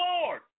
Lord